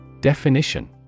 Definition